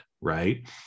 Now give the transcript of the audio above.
right